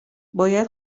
باید